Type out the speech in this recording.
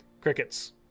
crickets